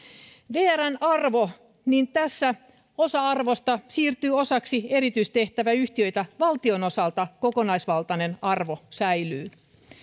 vrn arvo tässä osa arvosta siirtyy osaksi erityistehtäväyhtiöitä valtion osalta kokonaisvaltainen arvo säilyy